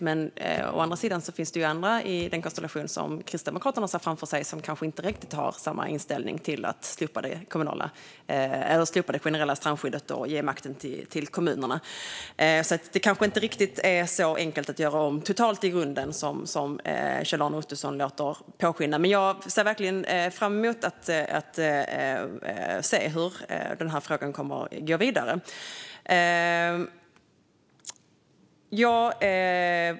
Men å andra sidan finns det andra i den konstellation som Kristdemokraterna ser framför sig som kanske inte har riktigt samma inställning till att slopa det generella strandskyddet och ge makten till kommunerna, så det kanske inte är riktigt så enkelt att göra om helt från grunden som Kjell-Arne Ottosson låter påskina. Men jag ser verkligen fram emot att se hur denna fråga kommer att gå vidare.